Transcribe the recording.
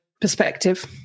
perspective